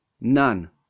none